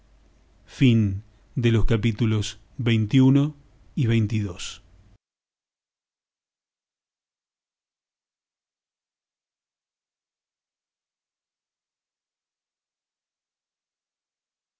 los capítulos de